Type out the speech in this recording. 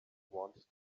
want